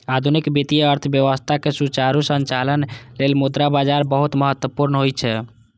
आधुनिक वित्तीय अर्थव्यवस्था के सुचारू संचालन लेल मुद्रा बाजार बहुत महत्वपूर्ण होइ छै